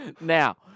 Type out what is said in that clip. Now